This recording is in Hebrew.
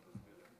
בבקשה.